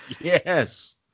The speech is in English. Yes